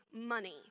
money